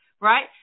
Right